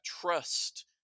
trust